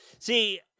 See